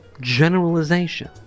generalization